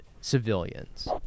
civilians